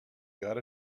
got